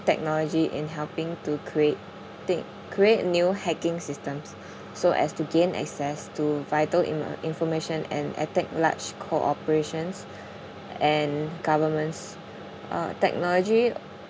technology in helping to create thi~ create new hanging systems so as to gain access to vital in~ uh information and attack large cooperations and governments uh technology